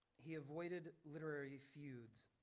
he avoided literary feuds.